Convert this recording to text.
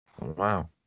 Wow